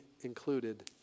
included